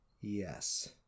Yes